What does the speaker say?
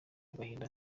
agahinda